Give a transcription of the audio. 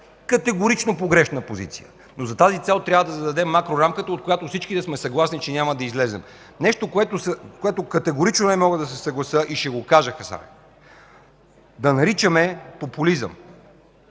Категорично погрешна позиция! Но за тази цел трябва да зададем макрорамката, от която всички да сме съгласни, че няма да излезем. Нещо, с което категорично не мога да се съглася и ще го кажа: да наричаме „популизъм”